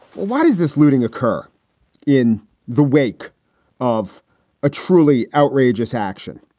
what is this? looting occur in the wake of a truly outrageous action?